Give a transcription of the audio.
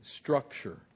structure